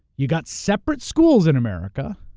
you got separate schools in america,